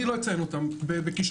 אני לא אציין אותם בכישלונות.